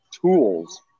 tools